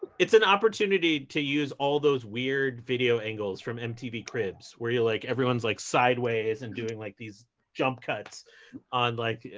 it's an opportunity to use all those weird video angles from mtv cribs, where you're like everyone's like sideways and doing like these jump cuts on like,